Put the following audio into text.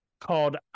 called